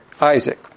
Isaac